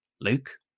Luke